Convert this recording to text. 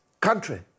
country